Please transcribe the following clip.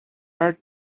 are